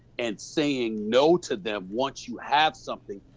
and saying no to them once you have something,